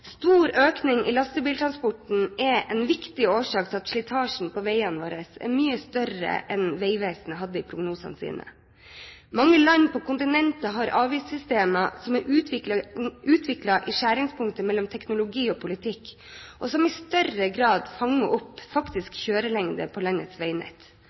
Stor økning i lastebiltransporten er en viktig årsak til at slitasjen på veiene våre er mye større enn Vegvesenet hadde i prognosene sine. Mange land på kontinentet har avgiftssystemer som er utviklet i skjæringspunktet mellom teknologi og politikk, og som i større grad fanger opp faktisk kjørelengde på landets veinett.